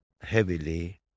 heavily